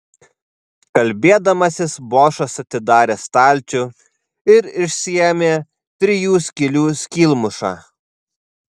kalbėdamasis bošas atidarė stalčių ir išsiėmė trijų skylių skylmušą